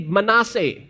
Manasseh